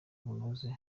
bunoze